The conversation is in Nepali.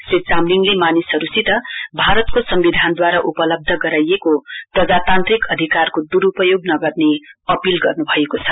श्री चामलिङले मानिसहरुसित भारतको सम्विधानदूवारा उपलब्ध गराइएको प्रजातान्त्रिक अधिकारीको दूरुपयोग नगर्ने अपील गर्नुभएको छ